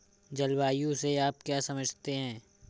जलवायु से आप क्या समझते हैं?